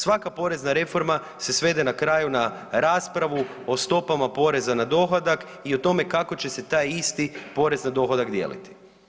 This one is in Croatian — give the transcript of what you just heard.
Svaka porezna reforma se svede na kraju na raspravu o stopama poreza na dohodak i o tome kako će se taj isti porez na dohodak dijeliti.